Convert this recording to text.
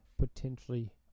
potentially